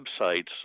websites